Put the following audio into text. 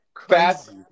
fast